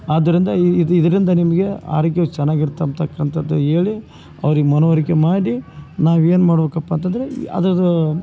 ಆದುರಿಂದ ಈ ಇದರಿಂದ ನಿಮಗೆ ಆರೋಗ್ಯವು ಚೆನ್ನಾಗಿರ್ತಂಬ್ತಕ್ಕಂಥದ್ದು ಹೇಳಿ ಅವ್ರಿಗೆ ಮನವರಿಕೆ ಮಾಡಿ ನಾವು ಏನ್ಮಾಡಬೇಕಪ್ಪಾ ಅಂತಂದರೆ ಅದ್ರದು